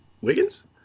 Wiggins